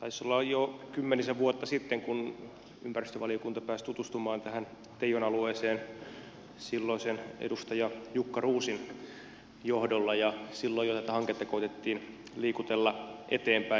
taisi olla jo kymmenisen vuotta sitten kun ympäristövaliokunta pääsi tutustumaan tähän teijon alueeseen silloisen edustajan jukka ruusin johdolla ja silloin jo tätä hanketta koetettiin liikutella eteenpäin